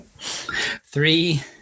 Three